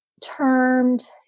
termed